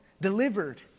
delivered